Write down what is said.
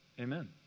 Amen